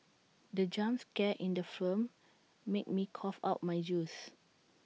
the jump scare in the film made me cough out my juice